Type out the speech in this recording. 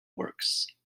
works